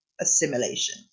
assimilation